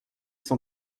son